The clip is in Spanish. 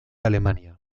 alemania